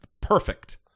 perfect